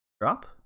drop